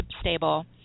stable